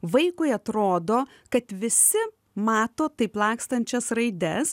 vaikui atrodo kad visi mato taip lakstančias raides